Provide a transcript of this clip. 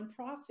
nonprofit